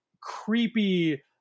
creepy